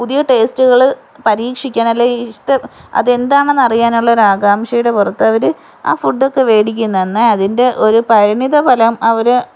പുതിയ ടേസ്റ്റ്കൾ പരീക്ഷിക്കാൻ അല്ലേ ഇഷ്ടം അതെന്താണെന്ന് അറിയാനുള്ള ഒരാകാംഷയുടെ പുറത്തവർ ആ ഫുഡ്ഡക്കെ മേടിക്കുന്ന എന്നാൽ അതിൻ്റെ ഒരു പരിണിത ഫലം അവർ